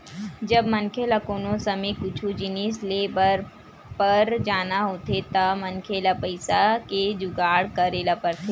जब मनखे ल कोनो समे कुछु जिनिस लेय बर पर जाना होथे त मनखे ल पइसा के जुगाड़ करे ल परथे